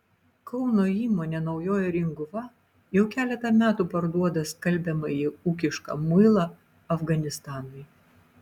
kauno įmonė naujoji ringuva jau keletą metų parduoda skalbiamąjį ūkišką muilą afganistanui